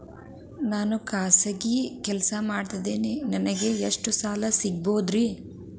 ನಾನು ಖಾಸಗಿ ಕೆಲಸದಲ್ಲಿದ್ದೇನೆ ನನಗೆ ಎಷ್ಟು ಸಾಲ ಸಿಗಬಹುದ್ರಿ?